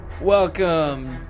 Welcome